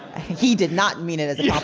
he did not mean it as a yeah